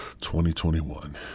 2021